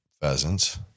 pheasants